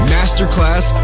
Masterclass